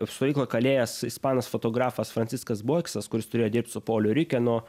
stovykloj kalėjęs ispanas fotografas franciskas boiksas kuris turėjo dirbt su poliu rikenu